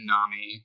Nami